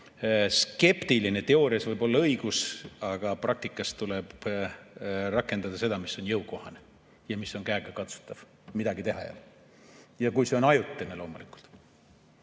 skeptiline. Teoorias võib olla õigus, aga praktikas tuleb rakendada seda, mis on jõukohane ja mis on käegakatsutav. Midagi teha ei ole. Ja kui see on ajutine, loomulikult.